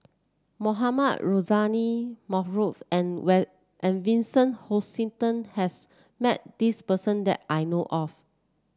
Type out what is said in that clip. Mohamed Rozani Maarof and and Vincent Hoisington has met this person that I know of